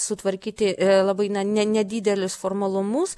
sutvarkyti labai ne nedidelius formalumus